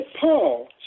Paul